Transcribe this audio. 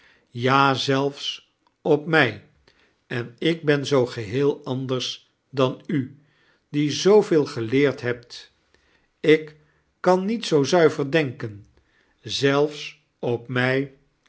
ja zelfs op mij en ik ben zoo geheel anders dan u die zooveel geleerd hebt ik kan niet zoo zuiver denken zelfs op mij